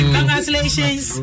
Congratulations